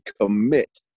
commit